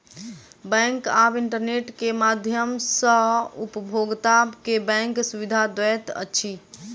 bank आब internet के माध्यम सॅ उपभोगता के बैंक सुविधा दैत अछि